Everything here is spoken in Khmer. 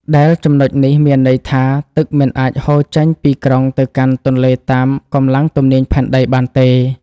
ដែលចំណុចនេះមានន័យថា ទឹកមិនអាចហូរចេញពីក្រុងទៅកាន់ទន្លេតាមកម្លាំងទំនាញផែនដីបានទេ។